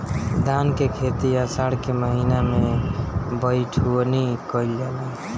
धान के खेती आषाढ़ के महीना में बइठुअनी कइल जाला?